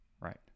right